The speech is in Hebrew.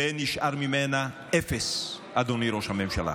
ונשאר ממנה אפס, אדוני ראש הממשלה.